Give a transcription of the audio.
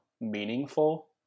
meaningful